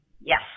Yes